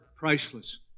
priceless